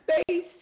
space